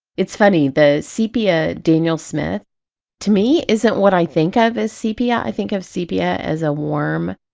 it's funny the sepia daniel smith to me isn't what i think of as sepia, i think of sepia as a warm,